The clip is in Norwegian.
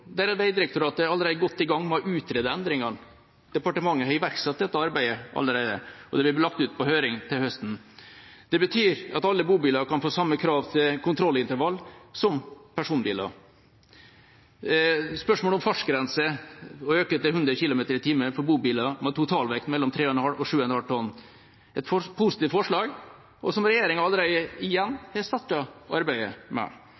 Der er Vegdirektoratet allerede godt i gang med å utrede endringene. Departementet har iverksatt dette arbeidet allerede, og det vil bli lagt ut på høring til høsten. Det betyr at alle bobiler kan få samme krav til kontrollintervall som personbiler. Til spørsmålet om å øke fartsgrensen til 100 km/t for bobiler med totalvekt mellom 3,5 og 7,5 tonn: Det er et positivt forslag, som – igjen – regjeringa allerede har startet arbeidet med,